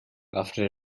after